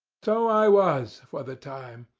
so i was for the time.